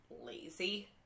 lazy